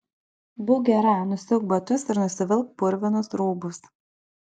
būk gera nusiauk batus ir nusivilk purvinus rūbus